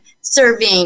serving